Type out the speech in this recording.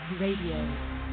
Radio